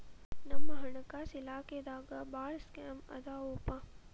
ನಮ್ ಹಣಕಾಸ ಇಲಾಖೆದಾಗ ಭಾಳ್ ಸ್ಕೇಮ್ ಆದಾವೊಪಾ